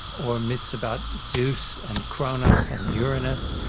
or myths about zeus and cronos and uranus,